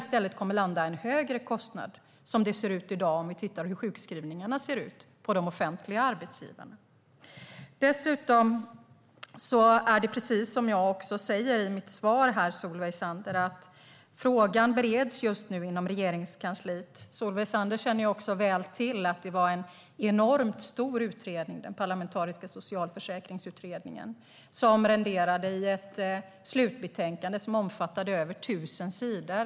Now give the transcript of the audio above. Som det ser ut i dag för sjukskrivningarna hos de offentliga arbetsgivarna skulle det annars landa på en högre kostnad. Precis som jag säger i mitt svar bereds frågan just nu inom Regeringskansliet. Solveig Zander känner också väl till att den parlamentariska socialförsäkringsutredningen var en enormt stor utredning som renderade i ett slutbetänkande som omfattade över tusen sidor.